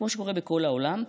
כמו שקורה בכל העולם,